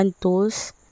tools